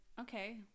okay